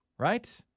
Right